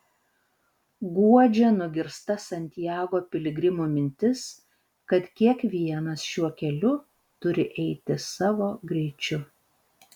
guodžia nugirsta santiago piligrimų mintis kad kiekvienas šiuo keliu turi eiti savo greičiu